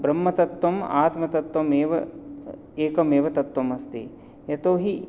ब्रह्मतत्त्वं आत्मतत्त्वमेव एकमेव तत्त्वम् अस्ति यतोहि